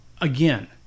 again